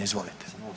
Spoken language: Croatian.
Izvolite.